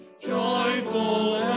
joyful